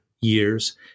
years